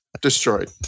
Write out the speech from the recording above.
destroyed